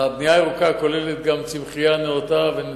הבנייה הירוקה כוללת גם צמחייה נאותה, אגב,